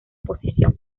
posición